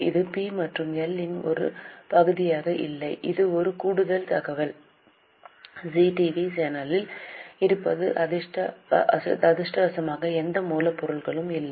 இது பி மற்றும் எல் இன் ஒரு பகுதியாக இல்லை இது ஒரு கூடுதல் தகவல் ஜீ டிவி சேவைகளில் இருப்பது அதிர்ஷ்டவசமாக எந்த மூலப்பொருட்களும் இல்லை